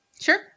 Sure